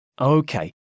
Okay